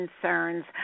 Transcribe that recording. concerns